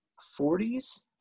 forties